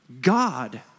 God